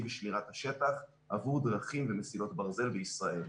בשמירת השטח עבור דרכים ומסילות ברזל בישראל.